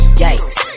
yikes